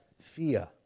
fear